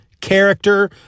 character